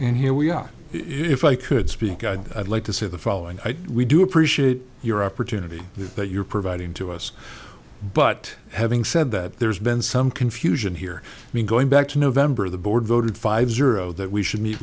and here we are if i could speak i'd like to say the following we do appreciate your opportunity that you're providing to us but having said that there's been some confusion here i mean going back to november the board voted five zero that we should